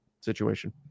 situation